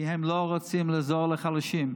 כי הם לא רוצים לעזור לחלשים,